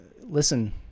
listen